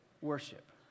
worship